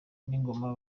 n’ingoma